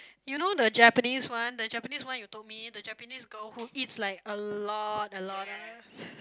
you know the Japanese one the Japanese one you told me the Japanese girl who eats like a lot a lot